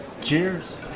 cheers